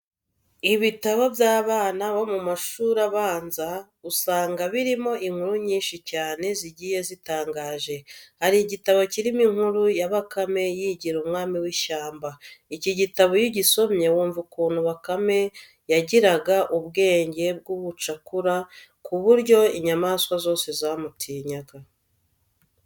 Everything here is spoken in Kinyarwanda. Ibitabo by'abana bo mu mashuri abanza usanga birimo inkuru nyinshi cyane zigiye zitangaje. Hari igitabo kirimo inkuru ya bakame yigira umwami w'ishyamba. Iki gitabo iyo ugisomye wumva ukuntu bakame yagiraga ubwenge bw'ubucakura ku buryo inyamaswa zose zamutinyaga.